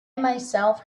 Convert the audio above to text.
myself